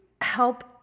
help